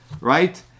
Right